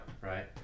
right